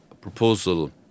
proposal